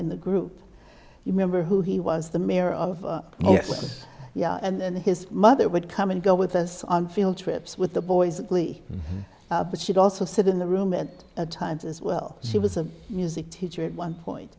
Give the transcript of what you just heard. in the group you remember who he was the mayor of yes yeah and his mother would come and go with us on field trips with the boys glee but she'd also sit in the room and at times as well she was a music teacher at one point